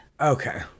Okay